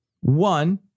One